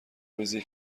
روزیه